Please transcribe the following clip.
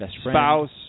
spouse